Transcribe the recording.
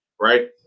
right